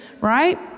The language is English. right